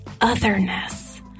otherness